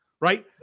right